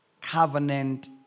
covenant